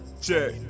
Check